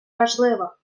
важлива